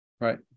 Right